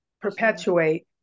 perpetuate